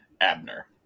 Abner